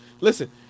Listen